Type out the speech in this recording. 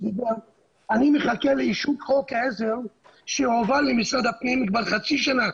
אני מחכה לאישור חוק עזר שהועבר למשרד הפנים כבר חצי שנה,